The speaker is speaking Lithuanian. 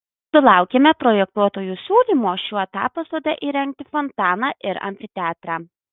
sulaukėme projektuotojų siūlymo šiuo etapu sode įrengti fontaną ir amfiteatrą